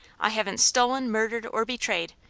i haven't stolen, murdered, or betrayed,